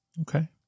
Okay